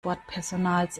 bordpersonals